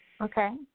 Okay